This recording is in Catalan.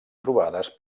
trobades